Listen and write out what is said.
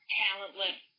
talentless